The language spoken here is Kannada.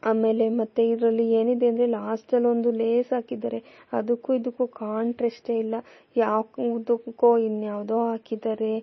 ಆಮೇಲೆ ಮತ್ತೆ ಇದರಲ್ಲಿ ಏನಿದೆ ಅಂದರೆ ಲಾಸ್ಟಲ್ಲಿ ಒಂದು ಲೇಸ್ ಹಾಕಿದ್ದಾರೆ ಅದಕ್ಕೂ ಇದಕ್ಕೂ ಕಾಂಟ್ರೆಸ್ಟೆ ಇಲ್ಲ ಯಾವ ಉದುಕ್ಕೋ ಇನ್ಯಾವುದೋ ಹಾಕಿದ್ದಾರೆ